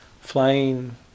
flying